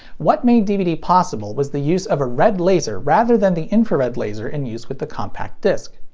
what made dvd possible was the use of a red laser rather than the infrared laser in use with the compact disc.